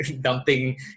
dumping